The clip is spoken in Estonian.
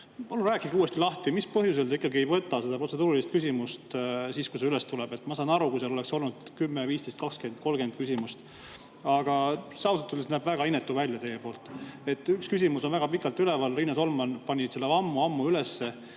rääkige uuesti lahti, mis põhjusel te ikkagi ei võta protseduurilist küsimust siis, kui see üles tuleb. Ma saaksin aru, kui oleks olnud 10, 15, 20, 30 küsimust. Aga see ausalt öeldes näeb väga inetu välja teie poolt. Üks küsimus on väga pikalt üleval, Riina Solman pani selle ammu-ammu